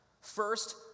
First